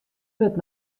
wurdt